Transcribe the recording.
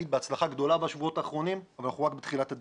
בהצלחה גדולה בשבועות האחרונים אבל אנחנו רק בתחילת הדרך.